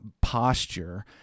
posture